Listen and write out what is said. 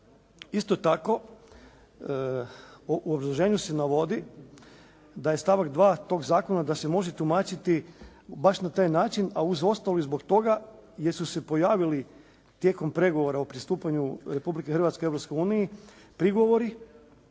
Isto tako, u obrazloženju se navodi da je stavak 2. tog zakona da se može tumačiti baš na taj način, a uz ostalo i zbog toga jer su se pojavili tijekom pregovora o pristupanju Republike Hrvatske prigovori